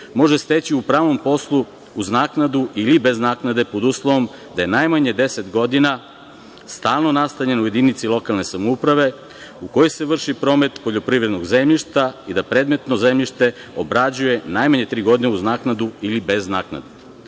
može steći u pravnom poslu uz naknadu ili bez naknade pod uslovom da je najmanje 10 godina stalno nastanjen u jedinici lokalne samouprave u kojoj se vrši promet poljoprivrednog zemljišta i da predmetno zemljište obrađuje najmanje tri godine uz naknadu ili bez naknade. Takođe,